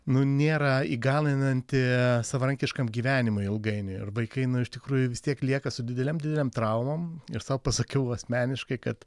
nu nėra įgalinanti savarankiškam gyvenimui ilgainiui ir vaikai iš tikrųjų vis tiek lieka su didelėm didelėm traumom ir sau pasakiau asmeniškai kad